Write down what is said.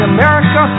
America